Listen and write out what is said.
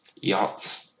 yachts